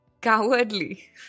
Cowardly